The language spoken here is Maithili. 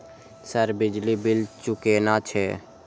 सर बिजली बील चूकेना छे?